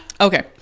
Okay